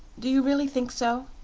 do you really think so?